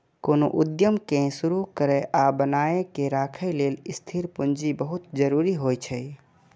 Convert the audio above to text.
कोनो उद्यम कें शुरू करै आ बनाए के राखै लेल स्थिर पूंजी बहुत जरूरी होइ छै